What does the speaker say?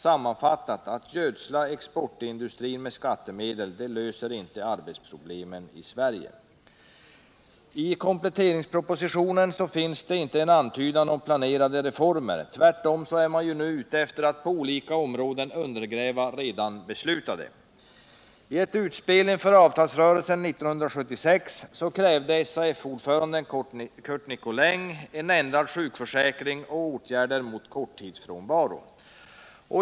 Sammanfattat: att gödsla exportindustrin med skattemedel löser inte arbetslöshetsproblemet i Sverige. I kompletteringspropositionen finns ingen antydan om planerade reformer. Tvärtom är man nu ute efter att på olika områden undergräva redan beslutade. I ett utspel inför avtalsrörelsen 1976 krävde SAF-ordföranden Curt Nicolin en ändrad sjukförsäkring och åtgärder mot korttidsfrånvaro.